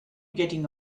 getting